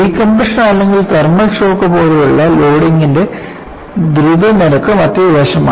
decompression അല്ലെങ്കിൽ thermal shock പോലുള്ള ലോഡിംഗിന്റെ ദ്രുത നിരക്ക് മറ്റൊരു വശമാണ്